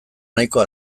nahikoa